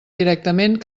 directament